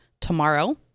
tomorrow